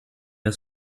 der